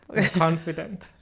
Confident